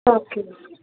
okay